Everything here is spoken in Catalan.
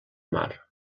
mar